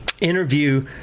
interview